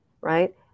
right